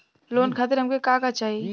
Loan खातीर हमके का का चाही?